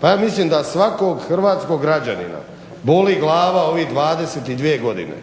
tad mislim na svakog Hrvatskog građanina boli glava ovih 22 godine,